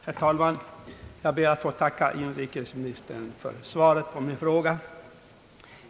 Herr talman! Jag ber att få tacka inrikesministern för svaret på min fråga.